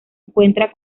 encuentra